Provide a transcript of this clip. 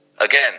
again